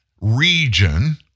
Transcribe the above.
region